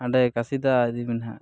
ᱦᱟᱸᱰᱮ ᱠᱟᱥᱤᱫᱟᱦᱟ ᱤᱫᱤᱭ ᱢᱮ ᱱᱟᱦᱟᱜ